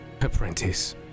apprentice